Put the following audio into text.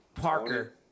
Parker